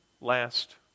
last